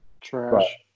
Trash